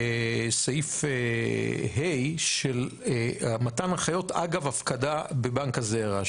סעיף (ה) של מתן הנחיות, אגב הפקדה בבנק הזרע.